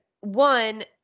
one